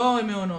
לא מעונות,